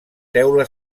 teula